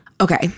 Okay